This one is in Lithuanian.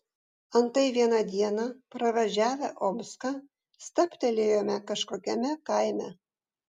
antai vieną dieną pravažiavę omską stabtelėjome kažkokiame kaime